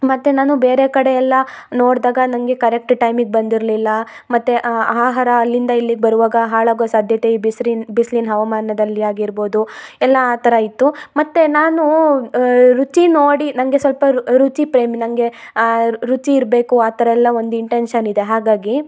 ಮತ್ತು ನಾನು ಬೇರೆ ಕಡೆಯೆಲ್ಲ ನೋಡಿದಾಗ ನನಗೆ ಕರೆಕ್ಟ್ ಟೈಮಿಗೆ ಬಂದಿರಲಿಲ್ಲ ಮತ್ತು ಆಹಾರ ಅಲ್ಲಿಂದ ಇಲ್ಲಿಗೆ ಬರುವಾಗ ಹಾಳಾಗೋ ಸಾಧ್ಯತೆ ಈ ಬಿಸ್ಲಿನ್ ಬಿಸ್ಲಿನ ಹವಾಮಾನದಲ್ಲಿ ಆಗಿರ್ಬೌದು ಎಲ್ಲ ಆ ಥರ ಇತ್ತು ಮತ್ತು ನಾನು ರುಚಿ ನೋಡಿ ನನಗೆ ಸ್ವಲ್ಪ ರುಚಿ ಪ್ರೇಮಿ ನನಗೆ ರುಚಿ ಇರಬೇಕು ಆ ಥರ ಎಲ್ಲ ಒಂದು ಇಂಟೆನ್ಷನ್ ಇದೆ ಹಾಗಾಗಿ